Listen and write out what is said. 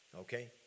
okay